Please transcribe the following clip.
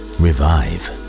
revive